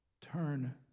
Turn